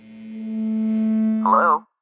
Hello